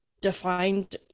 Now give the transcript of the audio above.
defined